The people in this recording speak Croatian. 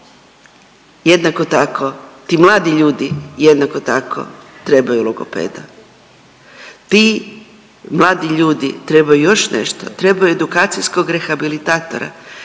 jednako tako i ti mladi ljudi jednako tako trebaju logopeda, ti mladi ljudi trebaju još nešto, trebaju edukacijskog rehabilitatora.